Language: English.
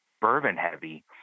bourbon-heavy